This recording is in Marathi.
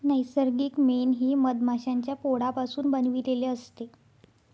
नैसर्गिक मेण हे मधमाश्यांच्या पोळापासून बनविलेले असते